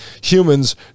Humans